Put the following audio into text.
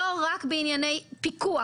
לא רק בענייני פיקוח.